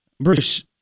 Bruce